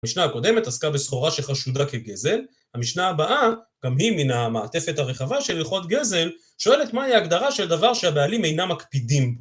המשנה הקודמת עסקה בסחורה שחשודה כגזל, המשנה הבאה גם היא מן המעטפת הרחבה של ריחות גזל שואלת מהי ההגדרה של דבר שהבעלים אינם מקפידים